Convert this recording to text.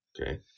Okay